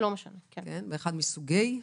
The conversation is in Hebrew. באחד מסוגי הקורונה,